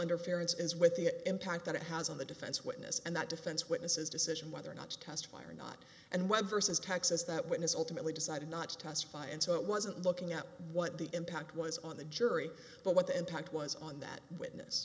interference is with the impact that it has on the defense witness and that defense witnesses decision whether or not to testify or not and whether versus taxes that win is ultimately decided not to testify and so it wasn't looking at what the impact was on the jury but what the impact was on that witness